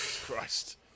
Christ